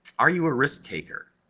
are you a risk taker?